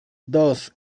thus